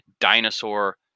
dinosaur